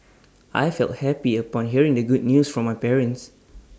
I felt happy upon hearing the good news from my parents